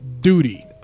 duty